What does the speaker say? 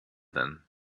then